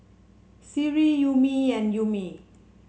Seri Ummi and Ummi